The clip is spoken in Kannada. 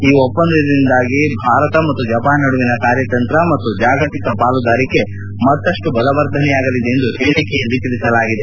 ಈ ಒಪ್ಪಂದಿಂದಾಗಿ ಭಾರತ ಮತ್ತು ಜಪಾನ್ ನಡುವಿನ ಕಾರ್ಕತಂತ್ರ ಮತ್ತು ಜಾಗತಿಕ ಪಾಲುದಾರಿಕೆ ಮತ್ತಷ್ಟು ಬಲವರ್ಧನೆಯಾಗಲಿದೆ ಎಂದು ಹೇಳಿಕೆಯಲ್ಲಿ ತಿಳಿಸಲಾಗಿದೆ